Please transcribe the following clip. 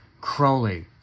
Crowley